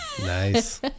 Nice